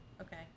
Okay